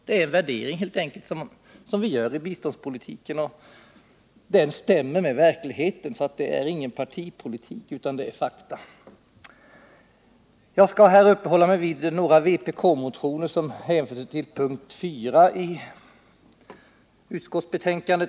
Det är helt enkelt en värdering som vi gör i biståndspolitiken, och den stämmer med verkligheten. Det ligger ingen partipolitik i detta, utan det är grundat på fakta. Jag skall uppehålla mig vid några motioner, som redovisas under punkten 4 i utskottsbetänkandet.